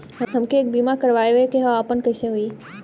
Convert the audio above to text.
हमके एक बीमा करावे के ह आपन कईसे होई?